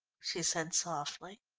she said softly.